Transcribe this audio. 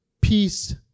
peace